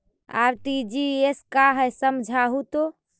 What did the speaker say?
RTGS का है समझाहू तो?